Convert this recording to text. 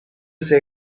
say